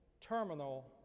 terminal